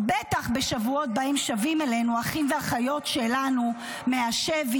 בטח בשבועות שבהם שבים אלינו אחים ואחיות שלנו מהשבי,